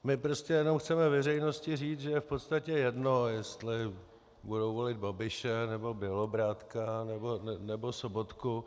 My prostě jen chceme veřejnosti říct, že je v podstatě jedno, jestli budou volit Babiše, nebo Bělobrádka, nebo Sobotku.